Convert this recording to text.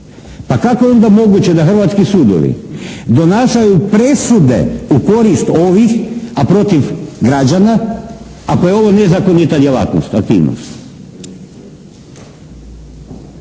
Pa kako je onda moguće da hrvatski sudovi donašaju presude u korist ovih, a protiv građana ako je ovo nezakonita djelatnost, aktivnost.